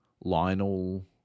Lionel